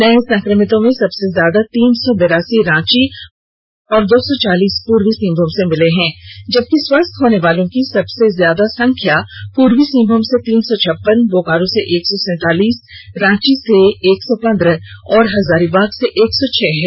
नए संक्रमितों में सबसे ज्यादा तीन सौ बिरासी रांची और दो सौ चालीस पूर्वी सिंहमूम से मिले हैं जबकि स्वस्थ होने वालों की सबसे ज्यादा संख्या पूर्वी सिंहमूम से तीन सौ छप्पन बोकारो से एक सौ सैंतालीस रांची से एक सौ पन्द्रह और हजारीबाग से एक सौ छह है